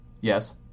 Yes